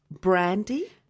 brandy